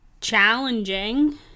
challenging